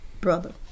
brother